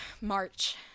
March